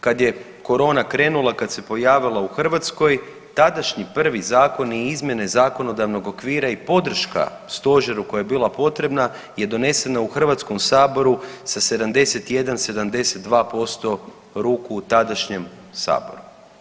Kad je korona krenula, kad se pojavila u Hrvatskoj, tadašnji prvi zakoni i izmjene zakonodavnog okvira i podrška Stožeru koja je bila potrebna je donesena u HS-u sa 71, 72% ruku u tadašnjem Saboru.